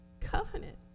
covenant